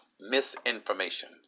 misinformation